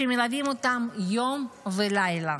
שמלווים אותם יום ולילה.